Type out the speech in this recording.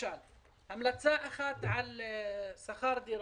המלצה אחת הייתה על שכר דירה,